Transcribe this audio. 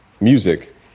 Music